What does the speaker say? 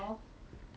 mmhmm